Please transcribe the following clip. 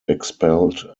expelled